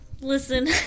Listen